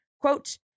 quote